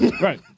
right